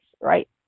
right